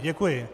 Děkuji.